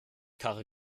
karre